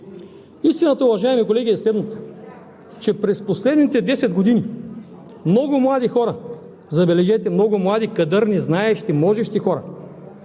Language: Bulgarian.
Истината, уважаеми колеги, е следната – че през последните десет години много млади хора, забележете, много млади, кадърни, знаещи, можещи хора